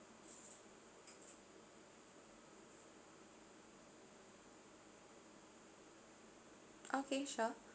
okay sure